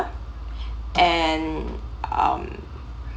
and um